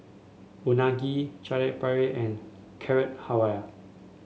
Unagi Chaat Papri and Carrot Halwa